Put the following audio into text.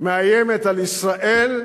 המאיימת על ישראל,